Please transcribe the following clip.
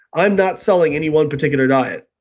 i'm not selling any one particular diet,